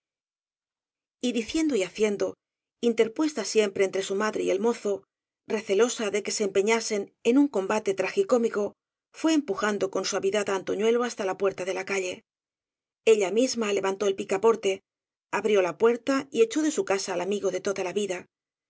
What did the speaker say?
diciendo y haciendo interpuesta siempre en tre su madre y el mozo recelosa de que se empe ñasen en un combate tragicómico fué empujando con suavidad á antoñuelo hasta la pueita de la ca lle ella misma levantó el picaporte abrió la puer ta y echó de su casa al amigo de toda la vida